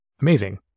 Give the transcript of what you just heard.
Amazing